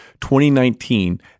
2019